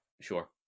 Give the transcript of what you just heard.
Sure